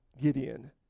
Gideon